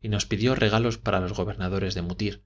y nos pidió regalos para los gobernadores de